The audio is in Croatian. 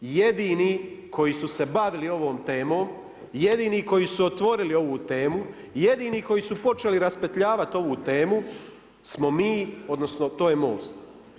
Jedini koji su se bavili ovom temom, jedini koji su otvorili ovu temu, jedini koji su počeli raspetljavati ovu temu smo mi odnosno to je Most.